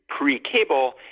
pre-cable